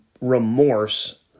remorse